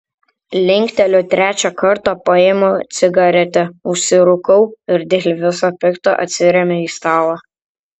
linkteliu trečią kartą paimu cigaretę užsirūkau ir dėl viso pikto atsiremiu į stalą